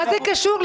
מה זה קשור?